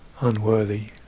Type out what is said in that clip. unworthy